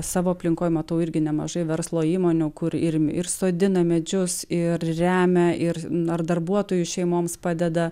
savo aplinkoje matau irgi nemažai verslo įmonių kur ir sodina medžius ir žemę ir nors darbuotojų šeimoms padeda